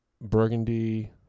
Burgundy